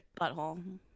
Butthole